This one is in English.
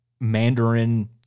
Mandarin